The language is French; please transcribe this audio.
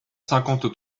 cinquante